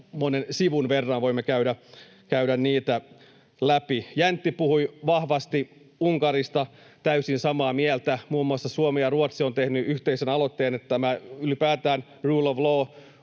monen sivun verran, voimme käydä niitä läpi. Jäntti puhui vahvasti Unkarista — täysin samaa mieltä. Muun muassa Suomi ja Ruotsi ovat tehneet yhteisen aloitteen, että... Ylipäätään tämä rule of law,